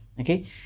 okay